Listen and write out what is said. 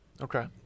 Okay